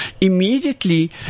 immediately